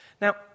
Now